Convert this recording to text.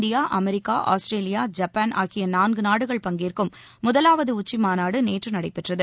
India America Australia Japan ஆகிய நான்கு நாடுகள் பங்கேற்கும் முதவாவது உச்சிமாநாடு நேற்று நடைபெற்றது